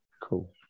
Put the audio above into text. Cool